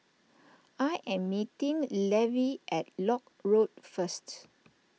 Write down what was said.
I am meeting Levy at Lock Road first